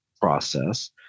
process